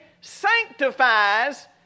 sanctifies